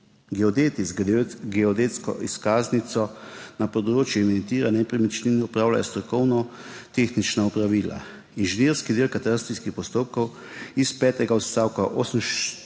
Geodeti z geodetsko izkaznico na področju evidentiranja nepremičnin opravljajo strokovno-tehnična opravila, inženirski del katastrskih postopkov iz petega odstavka 38.